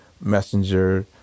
messenger